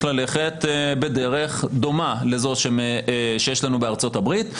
ללכת בדרך דומה לזו שיש לנו בארצות הברית,